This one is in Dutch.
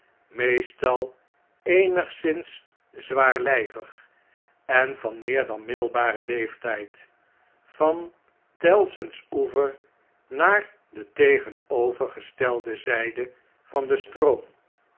meestal eenigszins zwaarhjvig en van meer dan middelbaren leeftijd van tellson's oever naar detegenovergestelde zjjde van den stroom